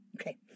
Okay